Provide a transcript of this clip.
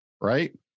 right